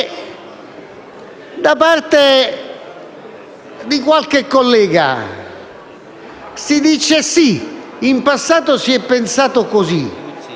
da parte di qualche collega si dice «Sì, in passato si è pensato così,